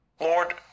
Lord